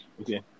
okay